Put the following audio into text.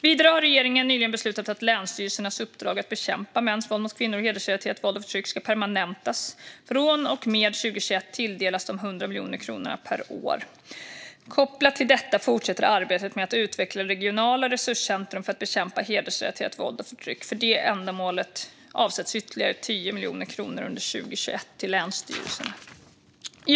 Vidare har regeringen nyligen beslutat att länsstyrelsernas uppdrag att bekämpa mäns våld mot kvinnor och hedersrelaterat våld och förtryck ska permanentas. Från och med 2021 tilldelas de 100 miljoner kronor per år. Kopplat till detta fortsätter arbetet med att utveckla regionala resurscentrum för att bekämpa hedersrelaterat våld och förtryck. För det ändamålet avsätts ytterligare 10 miljoner kronor under 2021 till länsstyrelserna.